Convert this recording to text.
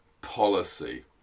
policy